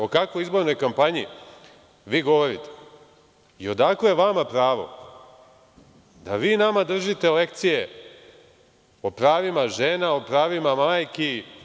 O kakvoj izbornoj kampanji vi govorite i odakle vama pravo da vi nama držite lekcije o pravima žena, o pravima majki.